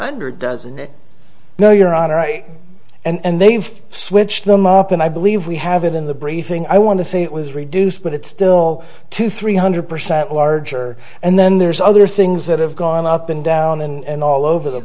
hundred doesn't it no your honor right and they've switched the mop and i believe we have it in the briefing i want to say it was reduced but it's still two three hundred percent larger and then there's other things that have gone up and down and all over the